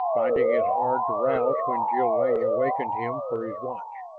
finding it hard to rouse when jil-lee awakened him for his watch.